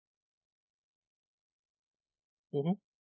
mmhmm